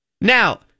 Now